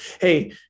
Hey